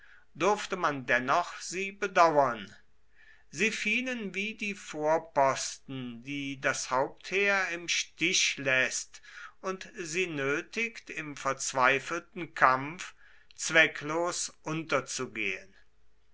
durfte man dennoch sie bedauern sie fielen wie die vorposten die das hauptheer im stich läßt und sie nötigt im verzweifelten kampf zwecklos unterzugehen